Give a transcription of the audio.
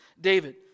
David